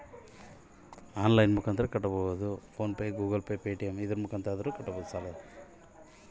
ಫೋನಿನಾಗ ಬ್ಯಾಂಕ್ ಸಾಲ ಹೆಂಗ ಕಟ್ಟಬೇಕು?